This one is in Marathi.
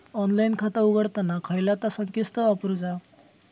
ऑनलाइन खाता उघडताना खयला ता संकेतस्थळ वापरूचा?